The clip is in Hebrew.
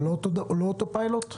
זה לא אותו פיילוט?